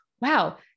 wow